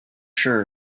sure